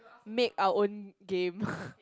make our own game